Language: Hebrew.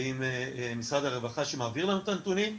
ויחד עם משרד הרווחה שמעביר לנו את הנתונים,